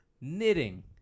knitting